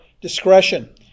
discretion